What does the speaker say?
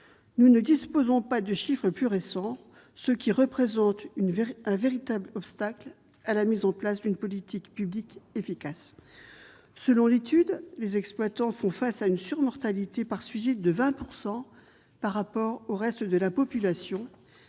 Nous ne disposons pas de chiffres plus récents, ce qui représente un véritable obstacle à la mise en place d'une politique publique efficace. Selon cette étude, les exploitants agricoles font face à une surmortalité par suicide de 20 % par rapport au reste de la population,